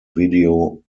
video